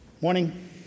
Morning